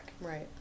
Right